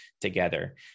together